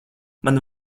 man